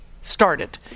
started